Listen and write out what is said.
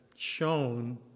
shown